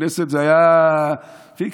הכנסת הייתה פיקציה,